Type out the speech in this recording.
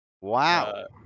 Wow